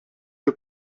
que